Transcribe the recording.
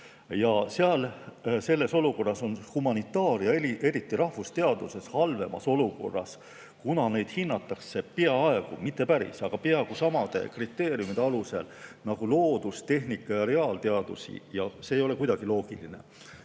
Ja selles olukorras on humanitaar‑ ja eriti rahvusteadused halvemas olukorras, kuna neid hinnatakse peaaegu – mitte päris, aga peaaegu – samade kriteeriumide alusel nagu loodus‑, tehnika‑ ja reaalteadusi, ja see ei ole kuidagi loogiline.